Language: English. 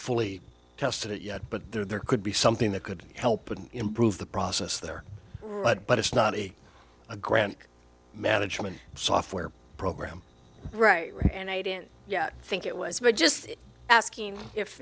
fully tested it yet but there could be something that could help and improve the process there right but it's not a a grant management software program right now and i didn't think it was we're just asking if